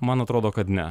man atrodo kad ne